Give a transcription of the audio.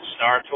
Star